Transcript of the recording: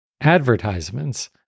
advertisements